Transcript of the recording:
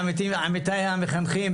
עמיתיי המחנכים